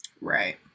Right